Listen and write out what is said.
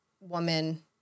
woman